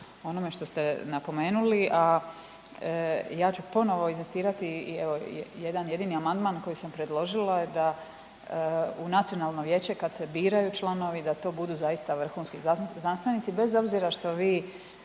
onome što ste napomenuli. Ja ću ponovno inzistirati evo jedan jedini amandman koji sam predložila da u Nacionalno vijeće kad se biraju članovi da to budu zaista vrhunski znanstvenici bez obzira što vi